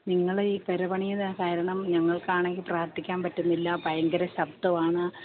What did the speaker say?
നിങ്ങൾ ഈ പുര പണിയുന്നത് കാരണം ഞങ്ങൾക്കാണെങ്കിൽ പ്രാർത്ഥിക്കാൻ പറ്റുന്നില്ല ഭയങ്കര ശബ്ദവാണ്